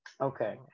Okay